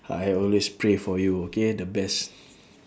I always pray for you okay the best